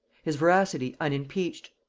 his veracity unimpeached,